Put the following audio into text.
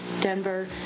Denver